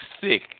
sick